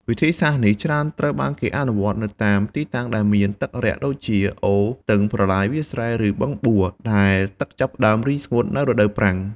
វិធីសាស្ត្រនេះច្រើនត្រូវបានគេអនុវត្តនៅតាមទីតាំងដែលមានទឹករាក់ដូចជាអូរ ស្ទឹង ប្រឡាយ វាលស្រែ ឬបឹងបួ ដែលទឹកចាប់ផ្តើមរីងស្ងួតនៅរដូវប្រាំង។